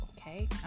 Okay